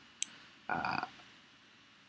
uh